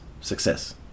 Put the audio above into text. success